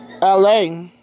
LA